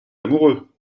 amoureux